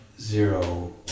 zero